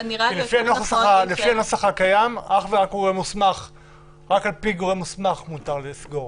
לפי הנוסח הקיים, רק על-פי גורם מוסמך מותר לסגור.